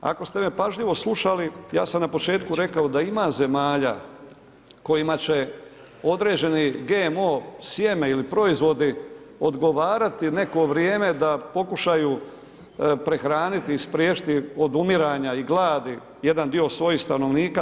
Ako ste me pažljivo slušali ja sam na početku rekao da ima zemalja kojima će određeni GMO sjeme ili proizvodi odgovarati neko vrijeme da pokušaju prehraniti i spriječiti odumiranja i gladi jedan dio svojih stanovnika.